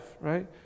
right